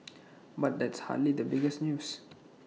but that's hardly the biggest news